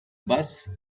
bus